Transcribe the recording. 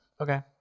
Okay